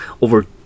over